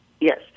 Yes